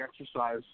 exercise